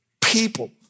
people